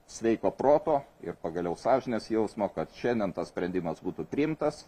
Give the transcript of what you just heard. sveiko proto ir pagaliau sąžinės jausmo kad šiandien tas sprendimas būtų priimtas